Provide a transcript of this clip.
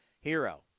hero